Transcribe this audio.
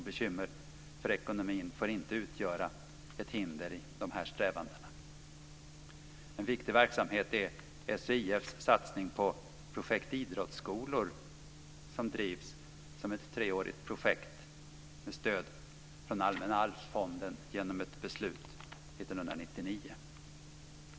Bekymmer för ekonomin får inte utgöra ett hinder i dessa strävanden. En viktig verksamhet är SHIF:s satsning på Projekt idrottsskolor, som drivs som ett treårigt projekt med stöd från Allmänna arvsfonden genom ett beslut 1999.